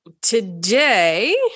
today